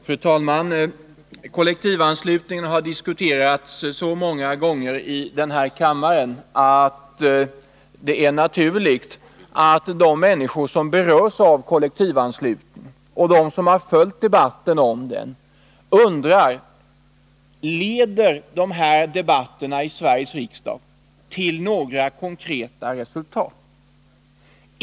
Fru talman! Kollektivanslutningen har så många gånger diskuterats i denna kammare, att det är naturligt att de människor som berörs av kollektivanslutningen och de som har följt debatten om den undrar: Leder dessa debatter i Sveriges riksdag till några konkreta resultat?